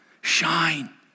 Shine